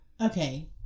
Okay